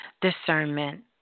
discernment